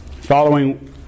Following